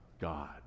God